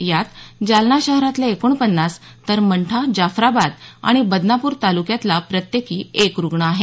यात जालना शहरातले एकोणपन्नास तर मंठा जाफ्राबाद आणि बदनापूर तालुक्यातला प्रत्येकी एक रुग्ण आहे